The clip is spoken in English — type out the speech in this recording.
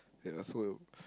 ya so